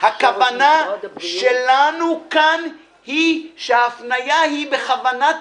הכוונה שלנו כאן היא שההפניה היא בכוונת